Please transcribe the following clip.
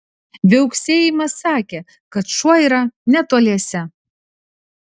viauksėjimas sakė kad šuo yra netoliese